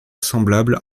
semblables